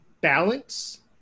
balance